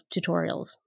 tutorials